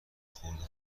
خورده